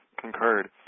concurred